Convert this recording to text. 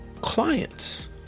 clients